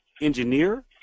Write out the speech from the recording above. engineer